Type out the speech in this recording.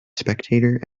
spectator